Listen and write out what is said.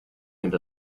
and